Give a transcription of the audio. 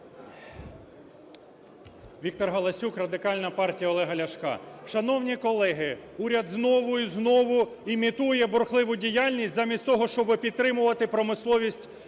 Віктор Галасюк, Радикальна партія Олега Ляшка. Шановні колеги, уряд знову і знову імітує бурхливу діяльність замість того, щоби підтримувати промисловість,